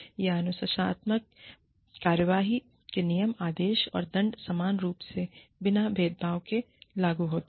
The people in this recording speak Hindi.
जहां अनुशासनात्मक कार्रवाई के नियम आदेश और दंड समान रूप से और बिना भेदभाव के लागू होते हैं